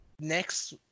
next